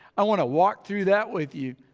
i want to walk through that with you.